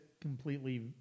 completely